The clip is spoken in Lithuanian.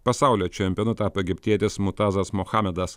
pasaulio čempionu tapo egiptietis mutazas muhamedas